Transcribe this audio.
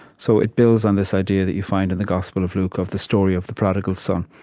so it builds on this idea that you find in the gospel of luke, of the story of the prodigal son,